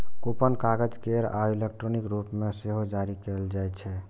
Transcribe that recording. coupon कागज केर आ इलेक्ट्रॉनिक रूप मे सेहो जारी कैल जाइ छै